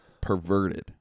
Perverted